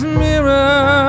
mirror